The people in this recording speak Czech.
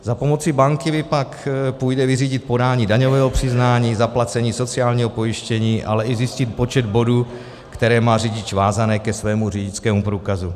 Za pomoci banky pak půjde vyřídit podání daňového přiznání, zaplacení sociálního pojištění, ale i zjistit počet bodů, které má řidič vázané ke svému řidičskému průkazu.